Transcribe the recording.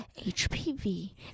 HPV